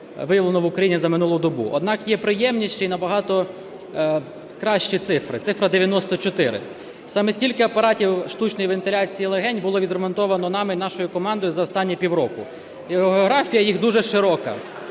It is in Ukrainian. виявлено в Україні за минулу добу. Однак є приємніші набагато кращі цифри – цифра 94, саме стільки апаратів штучної вентиляції легень було відремонтовано нами і нашою командою за останні півроку. Географія їх дуже широка,